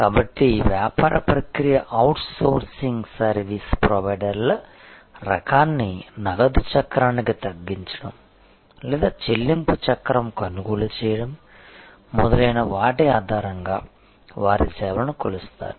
కాబట్టి వ్యాపార ప్రక్రియ అవుట్సోర్సింగ్ సర్వీస్ ప్రొవైడర్ల రకాన్ని నగదు చక్రానికి తగ్గించడం లేదా చెల్లింపు చక్రం కొనుగోలు చేయడం మొదలైన వాటి ఆధారంగా వారి సేవలను కొలుస్తారు